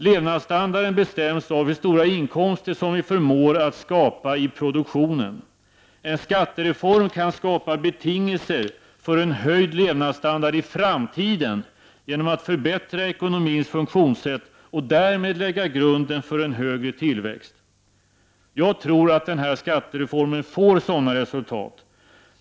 Levnadsstandarden bestäms av hur stora inkomster vi förmår att skapa genom produktionen. En skattereform kan skapa betingelser för en höjd levnadsstandard i framtiden genom att förbättra ekonomins funktionssätt och därmed lägga grunden för en högre tillväxt. Jag tror att denna skattereform får sådana resultat.